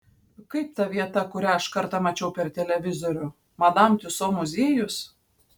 kaip ta vieta kurią aš kartą mačiau per televizorių madam tiuso muziejus